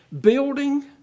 building